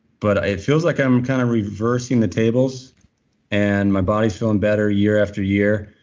but it feels like i'm kind of reversing the tables and my body's feeling better year after year.